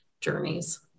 journeys